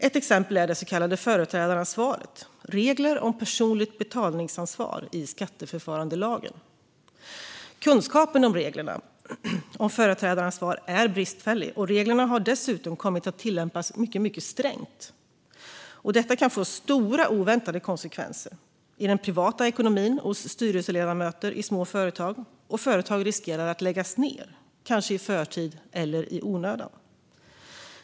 Ett exempel är det så kallade företrädaransvaret - regler om personligt betalningsansvar i skatteförfarandelagen. Kunskapen om reglerna om företrädaransvar är bristfällig, och reglerna har dessutom kommit att tillämpas mycket strängt. Detta kan få stora oväntade konsekvenser i den privata ekonomin hos styrelseledamöter i små företag. Företag riskerar också att läggas ned, kanske i förtid eller i onödan.